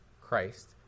Christ